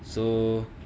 so